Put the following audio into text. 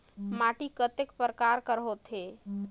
माटी कतेक परकार कर होथे?